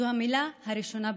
זו המילה הראשונה בקוראן: